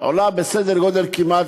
עולה כמעט,